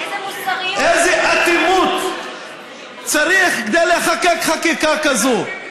איזו אטימות צריך כדי לחוקק חקיקה כזאת,